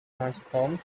transformed